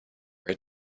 red